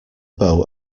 bow